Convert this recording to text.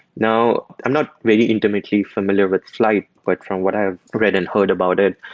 now, i'm not very intimately familiar with flyte, but from what i have read and heard about it,